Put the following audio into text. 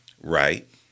Right